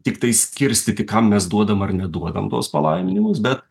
tiktai skirstyti kam mes duodam ar neduodam tuos palaiminimus bet